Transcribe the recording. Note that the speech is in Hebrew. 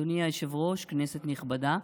אדוני היושב-ראש, כנסת נכבדה,